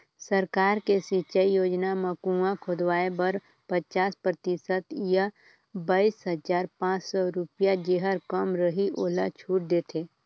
सरकार के सिंचई योजना म कुंआ खोदवाए बर पचास परतिसत य बाइस हजार पाँच सौ रुपिया जेहर कम रहि ओला छूट देथे